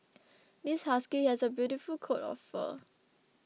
this husky has a beautiful coat of fur